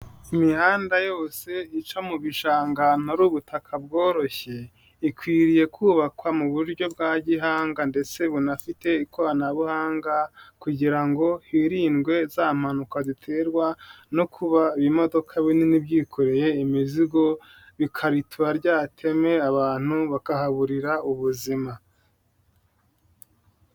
Imihanda yose ica mu bishanga ahantu hari ubutaka bworoshye ikwiriye kubakwa mu buryo bwa gihanga ndetse bunafite ikoranabuhanga kugira ngo hirindwe za mpanuka ziterwa no kuba ibimodoka binini byikoreye imizigo bikaritura rya teme abantu bakahaburira ubuzima.